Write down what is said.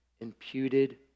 imputed